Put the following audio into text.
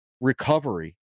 recovery